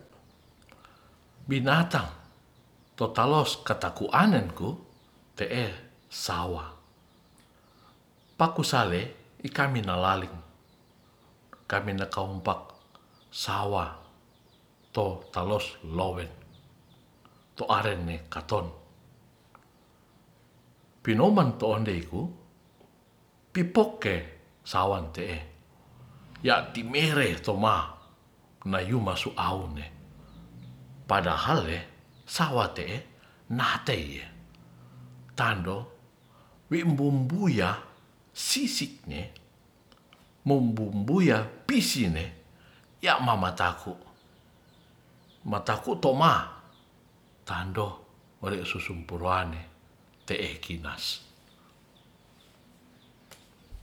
Binatang totalos ketaku anen ku te'e sawah paku saleh ikan minelale kami ne kompak sawato talos lowen toren ne katon pinomang to'ondei ku pipoke sawa te'e ya timere toma nayuma su awune padahal le sawa te'e nateye tando wibubuya sisik ne nombumbuya pisine ya mamatako mataku toma tando ore susumpurane te'e kinas